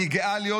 אלה דברים,